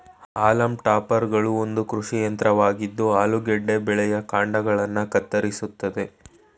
haulm ಟಾಪರ್ಗಳು ಒಂದು ಕೃಷಿ ಯಂತ್ರವಾಗಿದ್ದು ಆಲೂಗೆಡ್ಡೆ ಬೆಳೆಯ ಕಾಂಡಗಳನ್ನ ಕತ್ತರಿಸ್ತದೆ